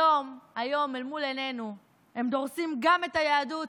היום, היום אל מול עינינו הם דורסים גם את היהדות